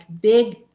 big